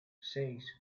seis